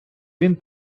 він